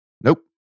Nope